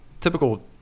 typical